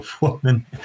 woman